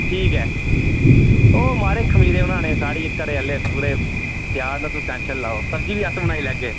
ठीक ऐ ओह् महाराज खमीरे बनाने साढ़े घरे आहले पूरे त्यार न तुस टेंशन नी लैओ सब्जी बी अस बनाई लैगे